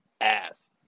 ass